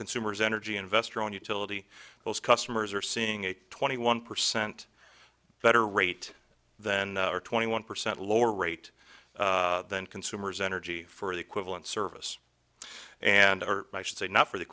consumers energy investor on utility bills customers are seeing a twenty one percent better rate than twenty one percent lower rate than consumers energy for the equivalent service and are they not for the